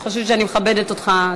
אני חושבת שאני מכבדת אותך.